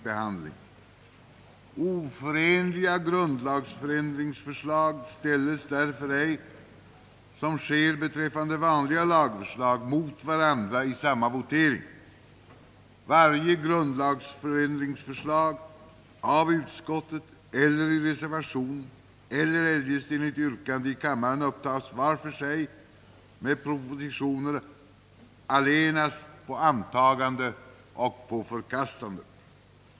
behandling. Oförenliga grundlagsändringsförslag ställes därför ej — såsom sker beträffande vanliga lagförslag — mot varandra i samma votering. Varje grundlagsändringsförslag — av utskottet eller i reservation eller eljest enligt yrkande i kammaren — upptages för sig med propositioner allenast på antagande och förkastande.